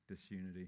disunity